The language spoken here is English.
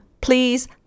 please